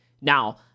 Now